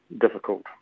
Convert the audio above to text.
difficult